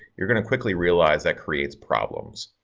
you're going to quickly realize that creates problems.